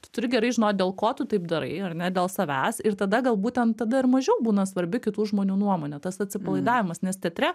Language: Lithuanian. tu turi gerai žinot dėl ko tu taip darai ar ne dėl savęs ir tada gal būtent tada ir mažiau būna svarbi kitų žmonių nuomonė tas atsipalaidavimas nes teatre